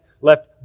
left